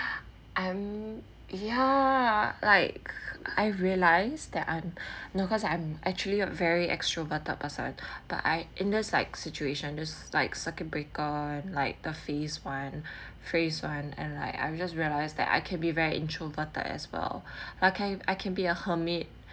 um ya like I realise that I'm no cause I'm actually a very extroverted person but I in this like situation this like circuit breaker like the phase one phase one and like I just realized that I can be very introverted as well I can I can be a hermit